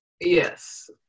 yes